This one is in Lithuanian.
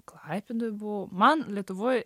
klaipėdoj buvo man lietuvoj